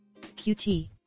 qt